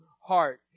heart